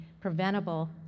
preventable